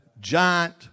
Giant